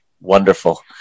wonderful